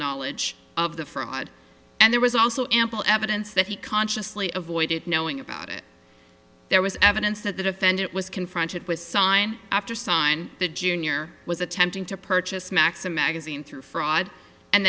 knowledge of the fraud and there was also ample evidence that he consciously avoided knowing about it there was evidence that the defendant was confronted with sign after sign that junior was attempting to purchase maxim magazine through fraud and